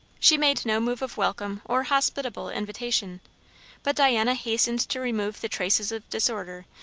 she made no move of welcome or hospitable invitation but diana hastened to remove the traces of disorder,